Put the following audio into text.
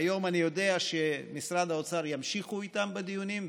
והיום אני יודע שמשרד האוצר ימשיכו איתם בדיונים,